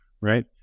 right